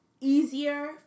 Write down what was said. easier